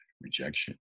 Rejection